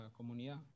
comunidad